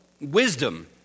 wisdom